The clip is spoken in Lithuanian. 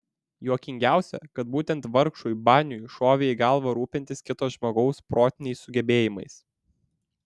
juokingiausia kad būtent vargšui baniui šovė į galvą rūpintis kito žmogaus protiniais sugebėjimais